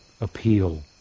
appeal